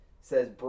says